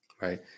right